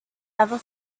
ever